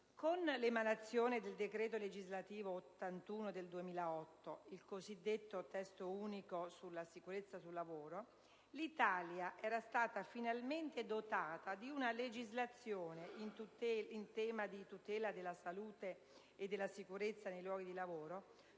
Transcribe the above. Con l'emanazione del decreto legislativo n. 81 del 2008, il cosiddetto testo unico sulla sicurezza sul lavoro, l'Italia era stata finalmente dotata di una legislazione in tema di tutela della salute e della sicurezza nei luoghi di lavoro,